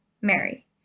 Mary